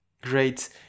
Great